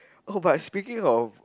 oh but speaking of